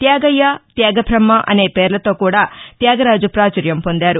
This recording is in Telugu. త్యాగయ్య త్యాగ్రాబహ్న అనే పేర్లతో కూడా త్యాగరాజు ప్రాచుర్యం పొందారు